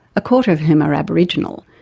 a quarter of who are aboriginal,